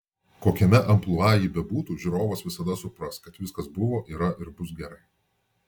kokiame amplua ji bebūtų žiūrovas visada supras kad viskas buvo yra ir bus gerai